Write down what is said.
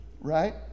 right